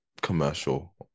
commercial